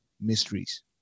mysteries